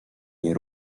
nie